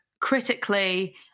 Critically